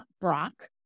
Brock